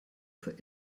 für